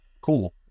cool